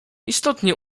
istotnie